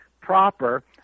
proper